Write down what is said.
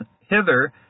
hither